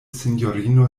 sinjorino